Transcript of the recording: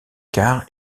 car